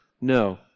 no